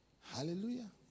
Hallelujah